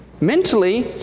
Mentally